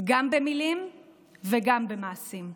גם במילים וגם במעשים.